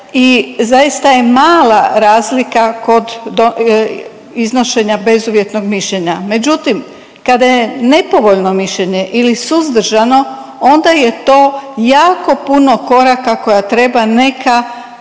i zaista je mala razlika kod iznošenja bezuvjetnog mišljenja, međutim, kada je nepovoljno mišljenje ili suzdržano, onda je to jako puno koraka koja treba neka